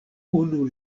unu